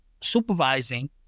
supervising